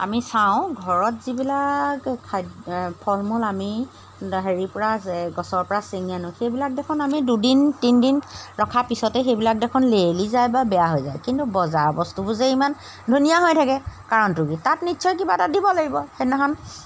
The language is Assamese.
আমি চাওঁ ঘৰত যিবিলাক খাদ্য ফল মূল আমি হেৰিৰপৰা এই গছৰপৰা চিঙি আনোঁ সেইবিলাক দেখোন আমি দুদিন তিনিদিন ৰখাৰ পিছতে সেইবিলাক দেখোন লেৰেলি যায় বা বেয়া হৈ যায় কিন্তু বজাৰৰ বস্তুবোৰ যে ইমান ধুনীয়া হৈ থাকে কাৰণটো কি তাত নিশ্চয় কিবা এটা দিব লাগিব সেইদিনাখন